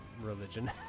religion